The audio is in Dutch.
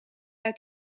uit